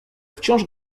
wciąż